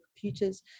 computers